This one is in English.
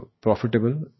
profitable